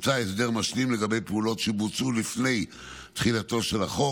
הוצע הסדר משלים לגבי פעולות שבוצעו לפני תחילתו של החוק,